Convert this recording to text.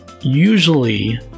usually